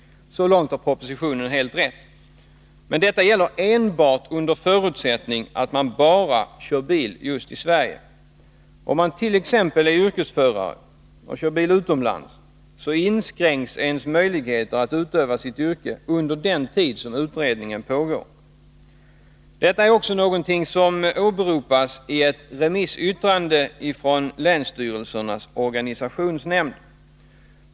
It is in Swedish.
Så långt har propositionen helt rätt. Men detta gäller endast under förutsättning att man kör bil enbart i Sverige. Om man t.ex. är yrkesförare och kör bil utomlands, inskränks ens möjligheter att utöva sitt yrke under den tid som utredningen pågår. Detta är någonting som åberopas i ett remissyttrande från länsstyrelsernas organisationsnämnd.